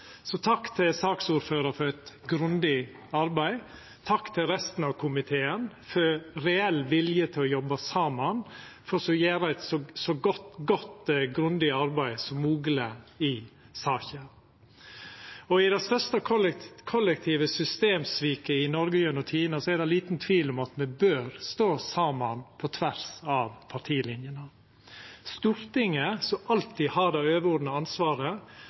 så godt og grundig arbeid som mogleg i saka. I det største kollektive systemsviket i Noreg gjennom tidene er det liten tvil om at me bør stå saman på tvers av partilinjene. Stortinget, som alltid har det overordna ansvaret,